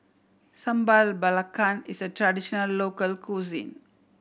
Sambal Belacan is a traditional local cuisine